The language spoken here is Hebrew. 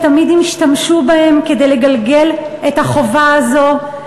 שתמיד השתמשו בהם כדי לגלגל את החובה הזאת,